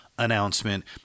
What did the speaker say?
announcement